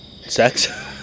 Sex